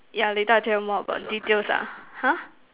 yeah later I tell you more about details ah !huh!